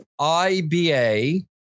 IBA